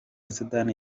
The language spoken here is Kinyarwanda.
sudani